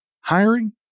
hiring